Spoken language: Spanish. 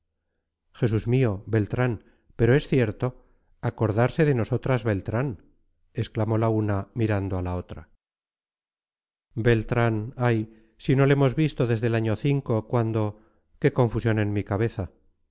jesús mío beltrán pero es cierto acordarse de nosotras beltrán exclamó la una mirando a la otra beltrán ay si no le hemos visto desde el año cuando qué confusión en mi cabeza